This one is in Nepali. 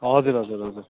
हजुर हजुर हजुर